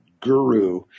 guru